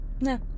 No